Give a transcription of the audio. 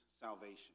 salvation